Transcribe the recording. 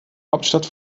hauptstadt